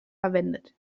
verwendet